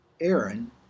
Aaron